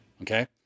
okay